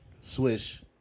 swish